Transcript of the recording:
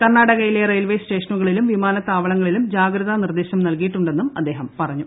കർണാടകയിലെ റെയിൽവേ സ്റ്റേഷനുകളിലും വിമാനത്താവളങ്ങളിലും ജാഗ്രതാനിർദ്ദേശം നല്കിയിട്ടുണ്ടെന്നും അദ്ദേഹം പറഞ്ഞൂ